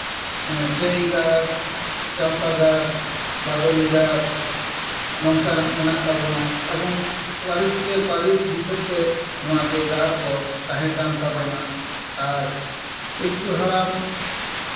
ᱪᱟᱹᱭ ᱜᱟᱲ ᱪᱟᱢᱯᱟᱜᱟᱲ ᱵᱟᱫᱳᱞᱤ ᱜᱟᱲ ᱱᱚᱝᱠᱟ ᱢᱮᱱᱟᱜ ᱛᱟᱵᱳᱱᱟ ᱮᱵᱚᱝ ᱯᱟᱹᱨᱤᱥ ᱠᱮ ᱯᱟᱹᱨᱤᱥ ᱦᱤᱥᱟᱹᱵ ᱛᱮ ᱱᱚᱣᱟ ᱡᱮ ᱜᱟᱲ ᱠᱚ ᱛᱟᱦᱮᱸ ᱠᱟᱱ ᱛᱟᱵᱳᱱᱟ ᱟᱨ ᱯᱤᱞᱪᱩ ᱦᱟᱲᱟᱢ